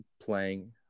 playing